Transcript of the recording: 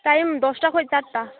time ᱫᱚᱥᱴᱟ ᱠᱷᱚᱱ ᱪᱟᱨᱴᱟ